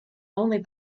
only